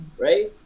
right